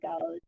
goes